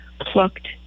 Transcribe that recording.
plucked